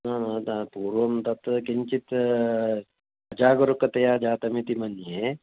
हा अत पूर्वं तत् किञ्चित् अजागरुकतया जातमिति मन्ये